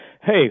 hey